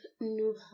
new